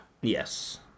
Yes